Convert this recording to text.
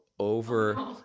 Over